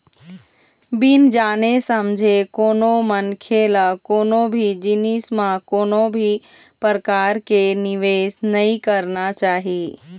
बिन जाने समझे कोनो मनखे ल कोनो भी जिनिस म कोनो भी परकार के निवेस नइ करना चाही